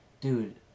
dude